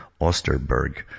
Osterberg